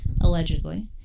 allegedly